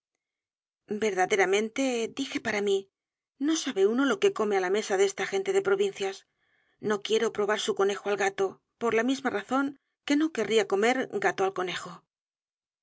verdaderamente dije para mí no sabe uno lo que come á la mesa de esta gente de provincias no quiero probar su conejo al gato por la misma razón que no querría comer gato al conejo